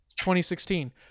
2016